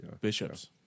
bishops